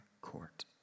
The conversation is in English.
court